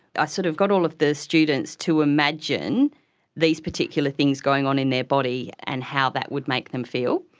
i sort of got all of the students to imagine these particular things going on in their body and how that would make them feel,